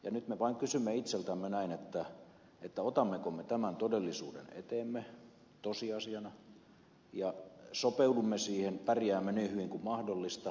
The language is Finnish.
nyt me vain kysymme itseltämme näin että otammeko me tämän todellisuuden eteemme tosiasiana ja sopeudumme siihen ja pärjäämme niin hyvin kuin mahdollista